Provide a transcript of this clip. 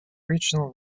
regional